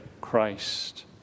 Christ